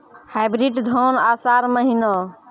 Hybrid धान आषाढ़ महीना?